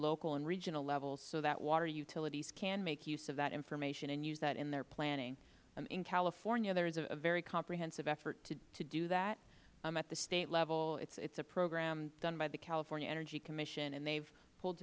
local and regional levels so that water utilities can make use of that information and use that in their planning in california there is a very comprehensive effort to do that at the state level it is a program done by the california energy commission and they have pulled